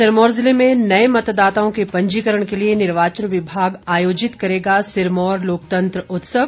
सिरमौर जिले में नए मतदाताओं के पंजीकरण के लिए निर्वाचन विभाग आयोजित करेगा सिरमौर लोकतंत्र उत्सव